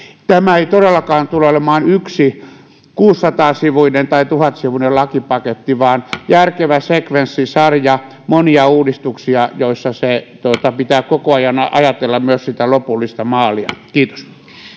tämä ei todellakaan tule olemaan yksi kuusisataasivuinen tai tuhatsivuinen lakipaketti vaan järkevä sekvenssi sarja monia uudistuksia joissa pitää koko ajan ajatella myös lopullista maalia kiitos